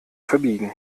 verbiegen